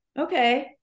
Okay